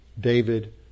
David